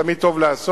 ותמיד טוב לעשות,